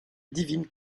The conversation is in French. divine